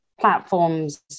platforms